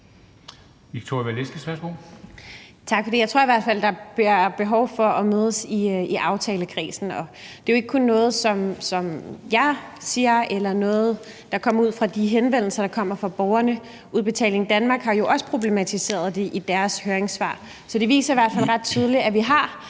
Victoria Velasquez (EL): Tak for det. Jeg tror i hvert fald, at der bliver behov for at mødes i aftalekredsen. Det er jo ikke kun noget, som jeg siger, eller noget, der kommer ud fra de henvendelser, der kommer fra borgerne. Udbetaling Danmark har jo også problematiseret det i sit høringssvar. Så det viser i hvert fald ret tydeligt, at vi har